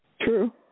True